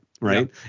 right